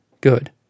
good